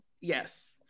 Yes